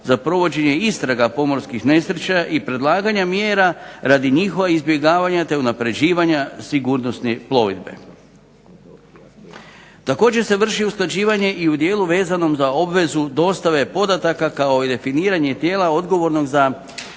za provođenje istraga pomorskih nesreća i predlaganja mjera radi njihova izbjegavanja te unapređivanja sigurnosne plovidbe. Također se vrši usklađivanje i u dijelu vezanom za obvezu dostave podataka kao i definiranje tijela odgovornog za